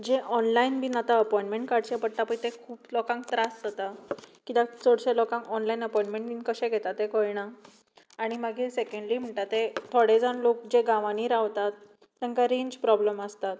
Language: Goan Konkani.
जें ऑनलायन बी आतां अपोयंमँट काडचें पडटा पळय तें खूब लोकांक त्रास जाता कित्याक चडश्यां लोकांक ऑनलायन अपोयंमँट बी कशे घेता तें कळना आनी मागीर सेंकडली म्हणटा तें थोडे जाण लोक जे गांवांनी रावतात तांकां रेंज प्रोबलम आसता